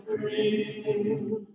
free